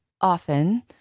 often